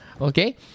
okay